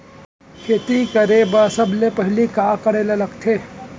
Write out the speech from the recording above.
खेती करे बर सबले पहिली का करे ला लगथे?